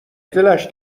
دلش